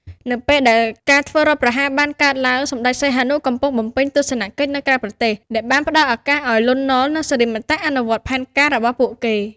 នៅពេលដែលការធ្វើរដ្ឋប្រហារបានកើតឡើង សម្ដេចសីហនុកំពុងបំពេញទស្សនកិច្ចនៅក្រៅប្រទេស ដែលបានផ្ដល់ឱកាសឱ្យ លន់ នល់ និងសិរិមតៈ អនុវត្តផែនការរបស់ពួកគេ។